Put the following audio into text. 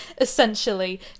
essentially